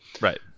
right